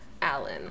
Alan